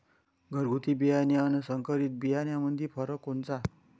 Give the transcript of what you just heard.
घरगुती बियाणे अन संकरीत बियाणामंदी फरक कोनचा?